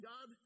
God